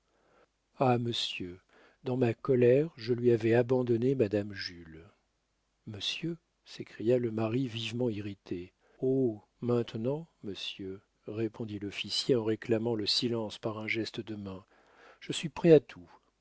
ah monsieur dans ma colère je lui avais abandonné madame jules monsieur s'écria le mari vivement irrité oh maintenant monsieur répondit l'officier en réclamant le silence par un geste de main je suis prêt à tout